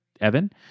Evan